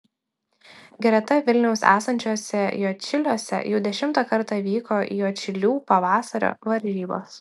greta vilniaus esančiuose juodšiliuose jau dešimtą kartą vyko juodšilių pavasario varžybos